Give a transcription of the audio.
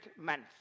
month